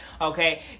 Okay